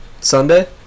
Sunday